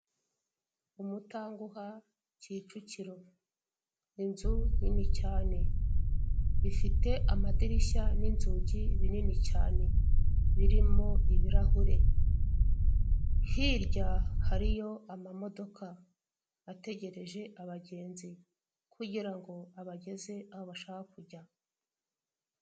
Umutanguha Kicukiro inzu nini cyane ifite amadirishya n'inzugi binini cyane birimo ibirahure, hirya hariyo amamodoka ategereje abagenzi kugira ngo abageze aho bashaka kujya.